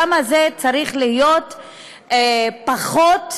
למה זה צריך להיות פחות שנים,